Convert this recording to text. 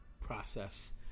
process